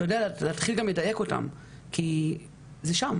אתה יודע להתחיל גם לדייק אותם כי זה שם.